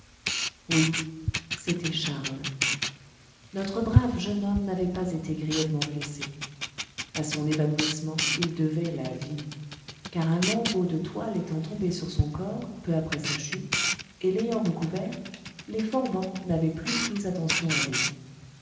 oui c'était charles notre brave jeune homme n'avait pas été grièvement blessé a son évanouissement il devait la vie car un lambeau de toile étant tombé sur son corps peu après sa chute et l'ayant recouvert les forbans n'avaient plus pris attention à lui